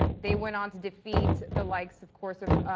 they went on to defeat the likes of course of